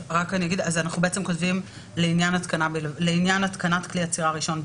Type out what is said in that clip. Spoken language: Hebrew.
אז אנחנו בעצם כותבים "לעניין התקנת כלי אצירה ראשון בלבד,